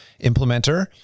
implementer